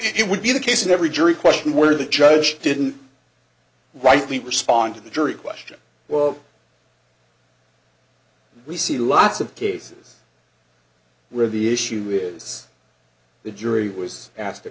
it would be the case in every jury question where the judge didn't rightly respond to the jury question well we see lots of cases where the issue is the jury was asked